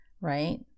right